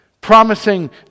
promising